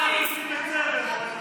דרך אגב, זה לא, מורשת רבין.